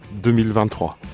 2023